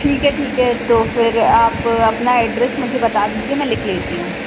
ठीक है ठीक है तो फिर आप अपना एड्रेस मुझे बता दीजिए मैं लिख लेती हूँ